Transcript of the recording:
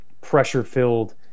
pressure-filled